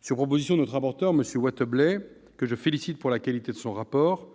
Sur proposition de notre rapporteur, Dany Wattebled, que je félicite pour la qualité de son rapport,